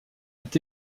est